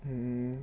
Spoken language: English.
hmm